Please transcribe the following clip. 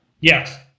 yes